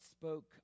spoke